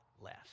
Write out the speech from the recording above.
less